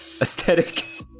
aesthetic